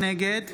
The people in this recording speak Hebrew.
נגד